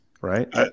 right